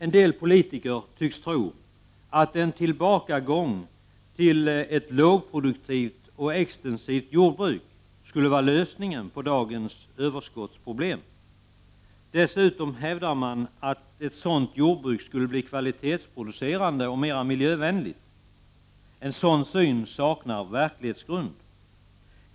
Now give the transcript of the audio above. En del politiker tycks tro att en tillbakagång till ett lågproduktivt och extensivt jordbruk skulle vara lösningen på dagens överskottsproblem. Dessutom hävdar man att ett sådant jordbruk skulle bli kvalitetsproducerande och mera miljövänligt. En sådan syn saknar verklighetsgrund.